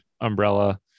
Umbrella